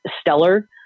stellar